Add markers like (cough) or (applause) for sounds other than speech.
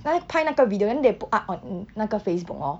来拍那个 video then they put up on (noise) 那个 Facebook hor